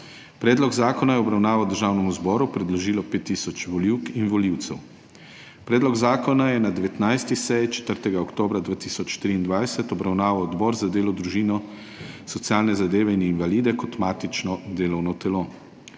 Predlog zakona je v obravnavo Državnemu zboru predložilo 5 tisoč volivk in volivcev. Predlog zakona je na 19. seji, 4. oktobra 2023, obravnaval Odbor za delo, družino, socialne zadeve in invalide kot matično delovno telo.